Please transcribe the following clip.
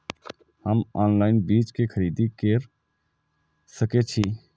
हम ऑनलाइन बीज के खरीदी केर सके छी?